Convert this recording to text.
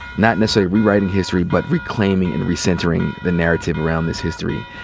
not necessarily rewriting history but reclaiming and recentering the narrative around this history,